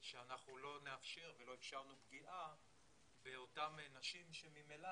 שאנחנו לא נאפשר ולא אפשרנו פגיעה באותן נשים שממילא